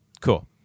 cool